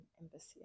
embassy